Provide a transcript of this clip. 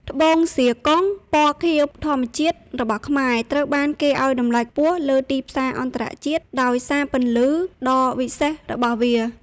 ត្បូងហ្សៀកុង (Zircon) ពណ៌ខៀវធម្មជាតិរបស់ខ្មែរ ត្រូវបានគេឱ្យតម្លៃខ្ពស់លើទីផ្សារអន្តរជាតិដោយសារពន្លឺដ៏វិសេសរបស់វា។